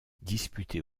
disputée